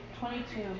twenty-two